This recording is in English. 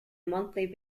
monthly